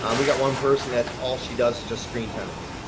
um we got one person. that's all she does is just screen tenants,